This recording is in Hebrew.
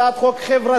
הצעת החוק חברתית,